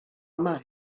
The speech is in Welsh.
yma